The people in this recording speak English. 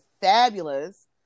fabulous